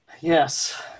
Yes